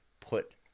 put